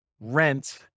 Rent